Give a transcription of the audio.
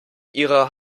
ihrer